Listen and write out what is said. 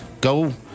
Go